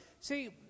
see